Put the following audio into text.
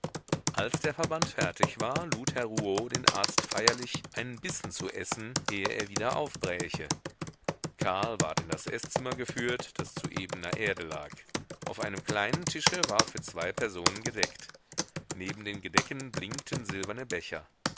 als der verband fertig war lud herr rouault den arzt feierlich einen bissen zu essen ehe er wieder aufbräche karl ward in das eßzimmer geführt das zu ebener erde lag auf einem kleinen tische war für zwei personen gedeckt neben den gedecken blinkten silberne becher